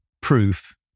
proof